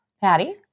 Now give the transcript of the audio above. Patty